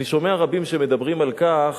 אני שומע רבים שמדברים על כך,